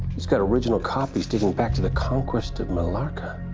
he's got original copies dating back to the conquest of malacca